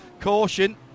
caution